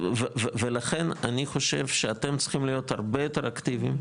ולכן אני חושב שאתם צריכים להיות הרבה יותר אקטיביים,